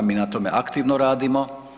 Mi na tome aktivno radimo.